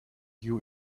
you